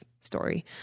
story